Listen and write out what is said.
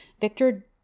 Victor